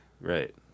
Right